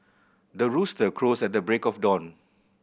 the rooster crows at the break of dawn